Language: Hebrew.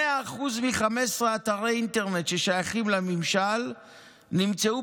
ב-100% של 15 אתרי אינטרנט ששייכים לממשל נמצאו